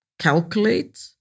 calculate